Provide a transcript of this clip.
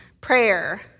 prayer